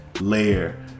layer